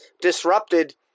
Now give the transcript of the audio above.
disrupted